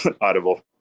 audible